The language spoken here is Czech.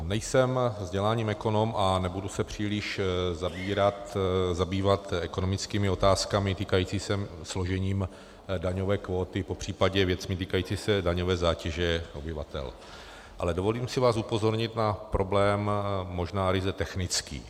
Nejsem vzděláním ekonom a nebudu se příliš zabývat ekonomickými otázkami týkajícími se daňové kvóty, popřípadě věcmi týkajícími se daňové zátěže obyvatel, ale dovolím si vás upozornit na problém možná ryze technický.